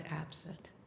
absent